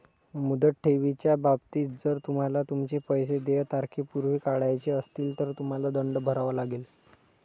मुदत ठेवीच्या बाबतीत, जर तुम्हाला तुमचे पैसे देय तारखेपूर्वी काढायचे असतील, तर तुम्हाला दंड भरावा लागेल